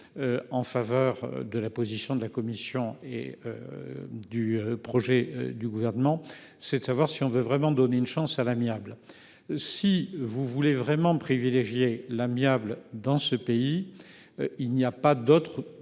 En faveur de la position de la Commission et. Du projet du gouvernement, c'est de savoir si on veut vraiment donner une chance à l'amiable. Si vous voulez vraiment privilégier l'amiable dans ce pays. Il n'y a pas d'autres